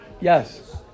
Yes